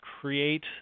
create